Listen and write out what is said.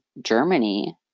Germany